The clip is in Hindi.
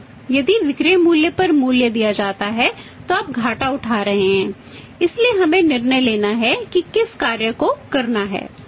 यदि विक्रय मूल्य पर मूल्य दिया जाता है तो आप घाटा उठा रहे हैं इसलिए हमें निर्णय लेना है कि किस कार्य को करना है